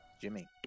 Jimmy